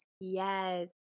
Yes